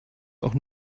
auch